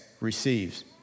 receives